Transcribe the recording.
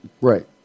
Right